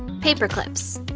paper clips